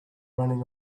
running